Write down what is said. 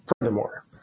Furthermore